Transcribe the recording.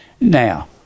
Now